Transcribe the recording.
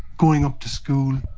going up to school.